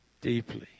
deeply